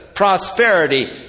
prosperity